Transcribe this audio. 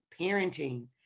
parenting